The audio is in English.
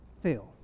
fail